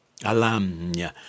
alamnya